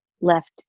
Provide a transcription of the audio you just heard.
left